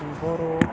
बर'